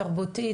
התרבותית,